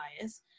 bias